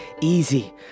easy